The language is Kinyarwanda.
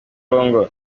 congo